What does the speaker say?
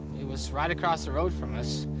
it was right across the road from us,